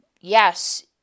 yes